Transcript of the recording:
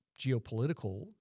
geopolitical